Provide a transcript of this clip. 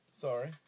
Sorry